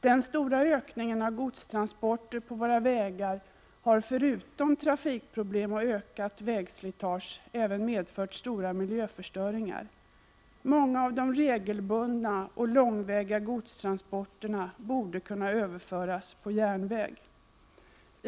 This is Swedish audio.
Den stora ökningen av godstransporter på våra vägar har förutom trafikproblem och ökat vägslitage även medfört stora miljöförstöringar. Många av de regelbundna och långväga godstransporterna borde kunna överföras på järnväg.